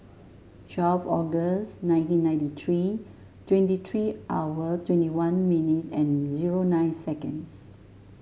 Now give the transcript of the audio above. twelve August nineteen ninety three twenty three hour twenty one minute and zero nine seconds